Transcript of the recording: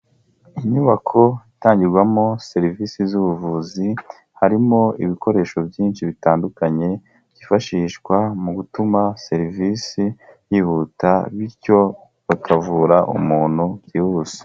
Inyubako itangirwamo serivisi z'ubuvuzi harimo ibikoresho byinshi bitandukanye, byifashishwa mu gutuma serivisi yihuta, bityo bakavura umuntu byihuse.